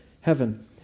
heaven